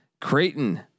Creighton